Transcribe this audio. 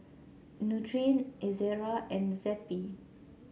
Nutren Ezerra and Zappy